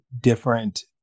different